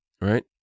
Right